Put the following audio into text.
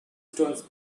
stones